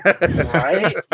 Right